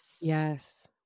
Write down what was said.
Yes